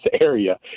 area